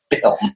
film